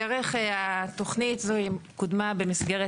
התוכנית קודמה במסגרת